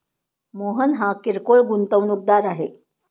मोहन हा किरकोळ गुंतवणूकदार आहे